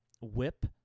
WHIP